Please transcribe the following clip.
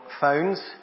phones